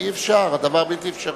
אי-אפשר, הדבר בלתי אפשרי.